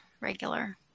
regular